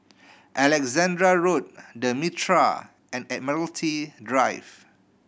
Alexandra Road The Mitraa and Admiralty Drive